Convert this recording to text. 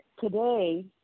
today